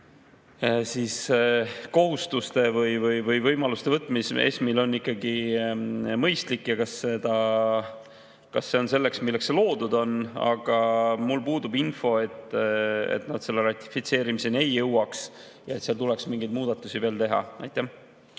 kohustuste või võimaluste võtmine ESM‑il on ikkagi mõistlik ja kas see on selleks, milleks see loodud on. Aga mul puudub info, et nad selle ratifitseerimiseni ei jõuaks või et seal tuleks veel mingeid muudatusi teha. Urve